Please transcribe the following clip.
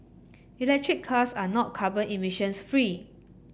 electric cars are not carbon emissions free